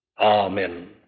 Amen